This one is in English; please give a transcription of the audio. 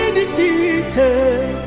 defeated